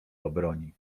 obroni